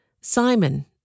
Simon